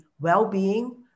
well-being